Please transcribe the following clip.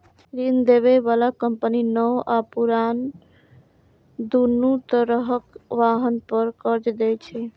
ऋण दै बला कंपनी नव आ पुरान, दुनू तरहक वाहन पर कर्ज दै छै